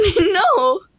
No